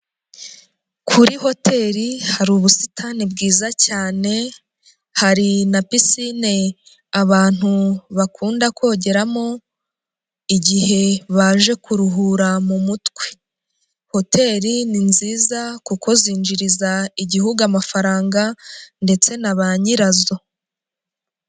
Kuri Hotel hari ubusitani bwiza cyane, hari na pisine abantu bakunda kongeramo igihe baje kuruhura mu mutwe, Hotel ni nziza kuko zinjiriza Igihugu amafaranga ndetse na ba nyirazo.